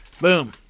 boom